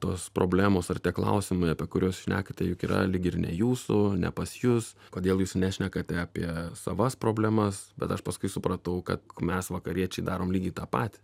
tos problemos ar tie klausimai apie kuriuos šnekate juk yra lyg ir ne jūsų ne pas jus kodėl jūs nešnekate apie savas problemas bet aš paskui supratau kad mes vakariečiai darom lygiai tą patį